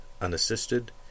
unassisted